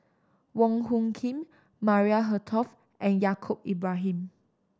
Wong Hung Khim Maria Hertogh and Yaacob Ibrahim